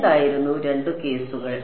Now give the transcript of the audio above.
എന്തായിരുന്നു രണ്ട് കേസുകൾ